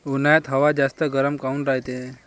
उन्हाळ्यात हवा जास्त गरम काऊन रायते?